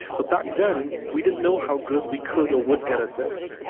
but back then, we didn't know how good we could or would get at this.